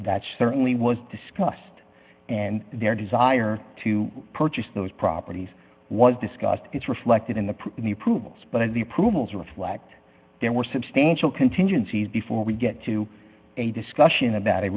that certainly was discussed and their desire to purchase those properties was discussed it's reflected in the approval but as the approvals reflect there were substantial contingencies before we get to a discussion about